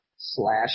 Slash